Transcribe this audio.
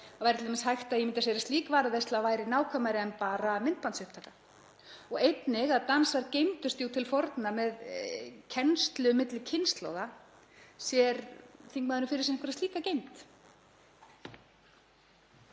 Væri t.d. hægt að ímynda sér að slík varðveisla væri nákvæmari en bara myndbandsupptaka? Og einnig að dansar geymdust jú til forna með kennslu milli kynslóða, sér þingmaðurinn fyrir sér einhverja slíka geymd?